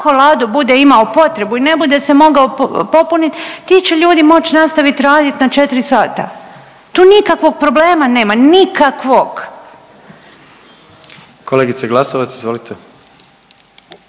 Ako Lado bude imao potrebu i ne bude se mogao popuniti ti će ljudi moći nastaviti raditi na četiri sata. Tu nikakvog problema nema. Nikakvog! **Jandroković, Gordan